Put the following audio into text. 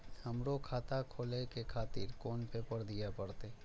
हमरो खाता खोले के खातिर कोन पेपर दीये परतें?